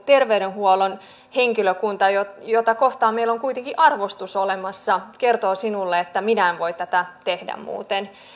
terveydenhuollon henkilökunta jota jota kohtaan meillä on kuitenkin arvostus olemassa kertoo sinulle että minä en muuten voi tehdä